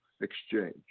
Exchange